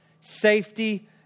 safety